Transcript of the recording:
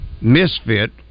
misfit